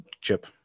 Chip